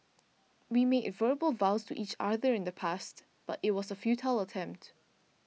we made verbal vows to each other in the past but it was a futile attempt